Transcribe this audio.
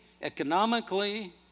economically